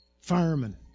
Firemen